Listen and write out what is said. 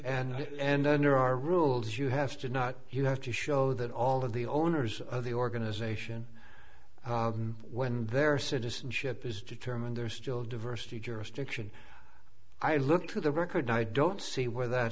are rules you have to not you have to show that all of the owners of the organization when their citizenship is determined there still diversity jurisdiction i look to the record i don't see where that